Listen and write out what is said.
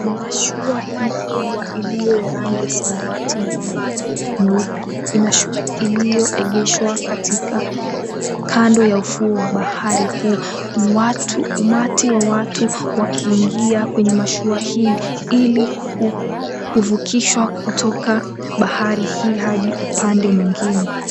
Mashua hi kubwa iliyo ya rangi ya samawati na nyeupe iliyoengeshwa kando ya ufuo wa bahari huo, umati wa watu wakiingia kwenye mashua hi ilikuvukishwa kutoka bahari hi hadi upande mwengine.